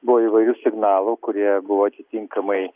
buvo įvairių signalų kurie buvo atitinkamai